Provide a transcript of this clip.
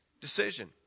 decision